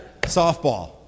softball